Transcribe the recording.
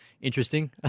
interesting